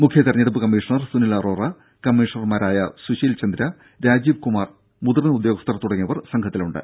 മുഖ്യ തെരഞ്ഞെടുപ്പ് കമ്മീഷണർ സുനിൽ അറോറ കമ്മീഷണർമാരായ സുശീൽ ചന്ദ്ര രാജീവ് കുമാർ മുതിർന്ന ഉദ്യോഗസ്ഥർ തുടങ്ങിയവർ സംഘത്തിലുണ്ട്